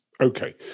Okay